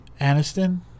Aniston